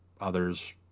others